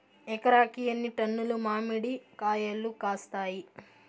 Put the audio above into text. ఎకరాకి ఎన్ని టన్నులు మామిడి కాయలు కాస్తాయి?